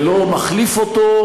ולא מחליף אותו,